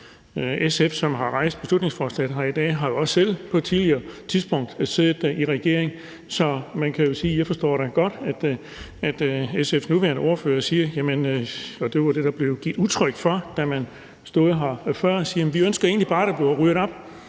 SF, som har fremsat beslutningsforslaget i dag, har jo også selv på et tidligere tidspunkt siddet i regering. Så jeg forstår da godt, at SF's nuværende ordfører siger – det var det, der blev givet udtryk for, da man stod her før – at man egentlig bare ønsker, at der bliver ryddet op.